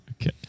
Okay